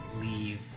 leave